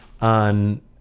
on